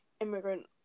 immigrant